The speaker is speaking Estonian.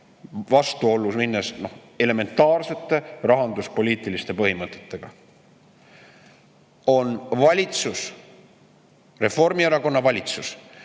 vastuollu minnes elementaarsete rahanduspoliitiliste põhimõtetega, on Reformierakonna valitsus